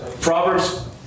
Proverbs